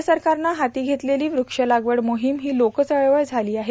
राज्य सरकारनं हाती घेतलेली व्रक्षलागवड मोहीम ही लोकचळवळ झाली आहे